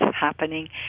happening